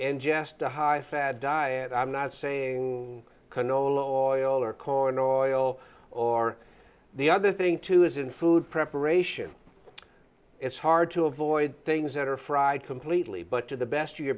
ingest a high sad diet i'm not saying canola oil or corn oil or the other thing too is in food preparation it's hard to avoid things that are fried completely but to the best you